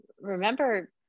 remember